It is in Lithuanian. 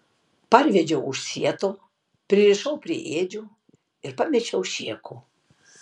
parvedžiau už sieto pririšau prie ėdžių ir pamečiau šėko